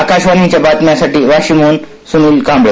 आकाशवाणीच्या बातम्यांसाठी वाशिमहून सुनील कांबळे